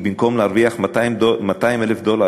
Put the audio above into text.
במקום להרוויח 200,000 דולר,